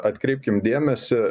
atkreipkim dėmesį